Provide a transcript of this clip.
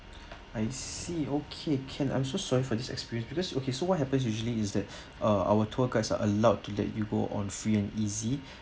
I see okay can I'm so sorry for this experience because okay so what happens usually is that uh our tour guides are allowed to let you go on free and easy